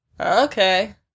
okay